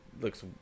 looks